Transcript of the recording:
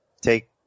take